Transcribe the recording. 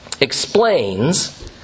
explains